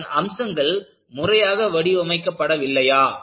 அதன் அம்சங்கள் முறையாக வடிவமைக்கப்படவில்லையா